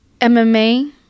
mma